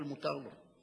אבל מותר לו.